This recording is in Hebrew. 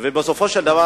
בסופו של דבר,